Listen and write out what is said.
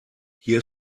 hier